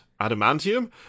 adamantium